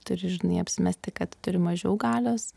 turi žinai apsimesti kad turi mažiau galios